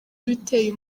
iteye